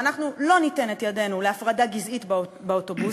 ואנחנו לא ניתן את ידנו להפרדה גזעית באוטובוסים,